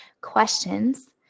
questions